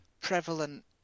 prevalent